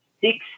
six